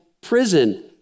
prison